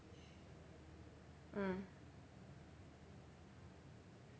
mm